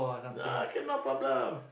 ah can no problem